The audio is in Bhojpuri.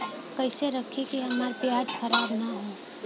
कइसे रखी कि हमार प्याज खराब न हो?